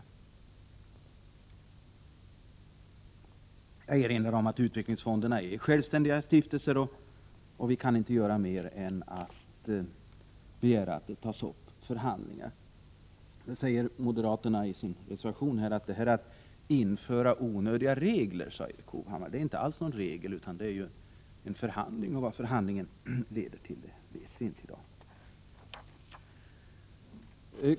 Jag erinrar om att utvecklingsfonderna är självständiga stiftelser. Det går inte att göra mer än att ta upp förhandlingar. Moderaterna säger i sin reservation att det är att införa onödiga regler. Men detta är inte alls någon regel utan en förhandling, och vad den leder till vet vi inte i dag.